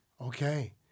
Okay